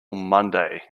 monday